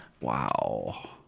Wow